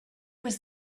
was